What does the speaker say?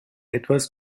etwas